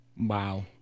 wow